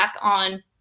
on